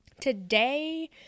today